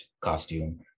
costume